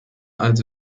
also